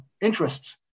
interests